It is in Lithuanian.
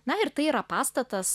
na ir tai yra pastatas